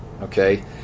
Okay